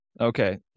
Okay